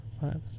five